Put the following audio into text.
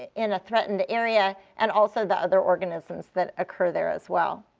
and a threatened area, and also the other organisms that occur there as well?